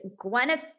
Gwyneth